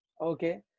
Okay